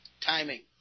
Timing